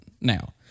now